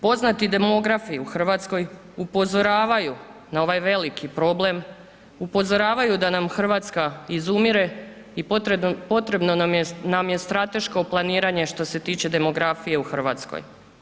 Poznati demografi u Hrvatskoj upozoravaju na ovaj veliki problem, upozoravaju da nam Hrvatska izumire i potrebno nam je strateško planiranje što se tiče demografije u Hrvatskoj.